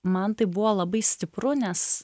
man tai buvo labai stipru nes